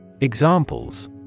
Examples